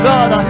God